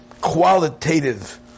qualitative